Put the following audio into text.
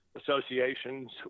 associations